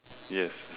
yes